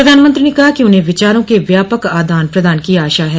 प्रधानमंत्री ने कहा कि उन्हें विचारों के व्यापक आदान प्रदान की आशा है